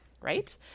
right